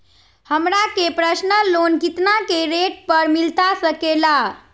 हमरा के personal loan कितना के रेट पर मिलता सके ला?